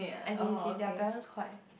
as in okay their parents quite